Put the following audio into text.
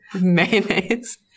mayonnaise